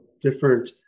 different